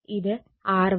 ഇത് മറ്റൊരു റിലക്റ്റൻസാണ്